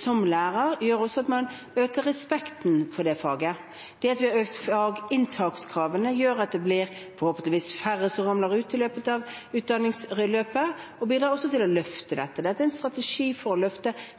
som lærer, gjør at man øker respekten for det faget. Det at vi har økt inntakskravene, gjør at det forhåpentligvis blir færre som ramler ut av utdanningsløpet, og det bidrar også til å løfte det. Dette er en strategi for å løfte